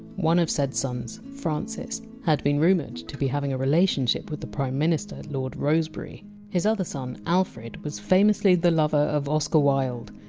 one of said sons, francis, had been rumoured to be having a relationship with the prime minister lord rosebery his other son, alfred, was famously the lover of oscar wilde,